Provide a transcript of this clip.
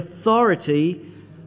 authority